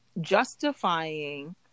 justifying